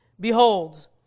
Behold